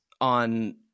on